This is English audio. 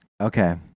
Okay